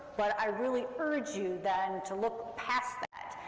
but i really urge you, then, to look past that,